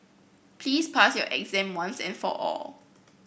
please pass your exam once and for all